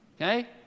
okay